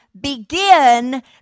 begin